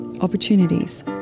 opportunities